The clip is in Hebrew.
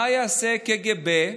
מה יעשה הקג"ב?